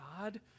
God